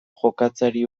jokatzeari